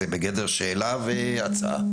זה בגדר שאלה והצעה,